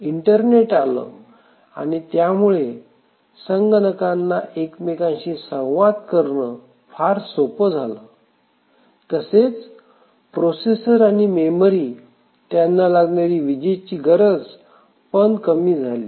internet आलं आणि त्यामुळे संगणकांना एकमेकांशी संवाद करणं फार सोपं झालं तसेच प्रोसेसर आणि मेमरी त्यांना लागणारी विजेची गरज पण कमी झाली